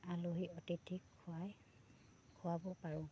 আলহী অতিথিক খোৱাই খুৱাব পাৰোঁ